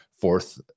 fourth